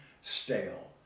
stale